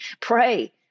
pray